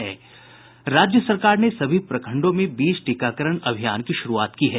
राज्य सरकार ने सभी प्रखंडों में बीज टीकाकरण अभियान की शुरुआत की है